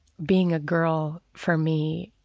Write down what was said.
being a girl, for me,